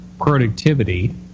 productivity